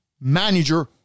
manager